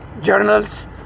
journals